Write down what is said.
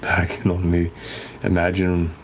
i can only imagine.